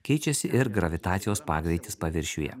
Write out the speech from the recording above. keičiasi ir gravitacijos pagreitis paviršiuje